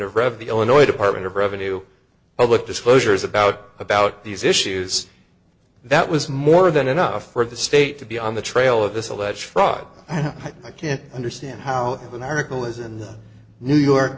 of revenue illinois department of revenue public disclosures about about these issues that was more than enough for the state to be on the trail of this alleged fraud i can't understand how an article is in the new york